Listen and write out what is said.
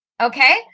Okay